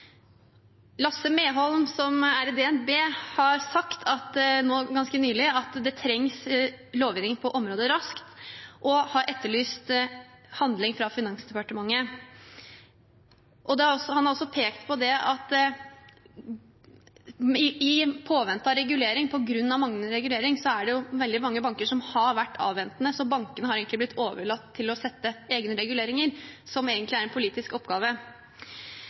Lasse Meholm, som er i DNB, har ganske nylig sagt at det trengs lovendringer på området raskt, og han har etterlyst handling fra Finansdepartementet. Han har også pekt på at på grunn av manglende regulering er det veldig mange banker som har vært avventende, så bankene har egentlig blitt overlatt til å sette egne reguleringer, som egentlig er en politisk oppgave.